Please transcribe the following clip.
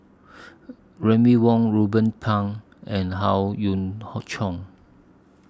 Remy Ong Ruben Pang and Howe Yoon Hoon Chong